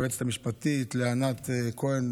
היועצת המשפטית ולענת כהן,